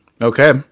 Okay